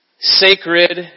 sacred